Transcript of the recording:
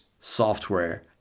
software